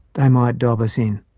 they might dob us in.